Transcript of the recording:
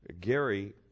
Gary